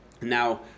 now